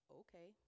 okay